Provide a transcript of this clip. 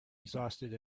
exhausted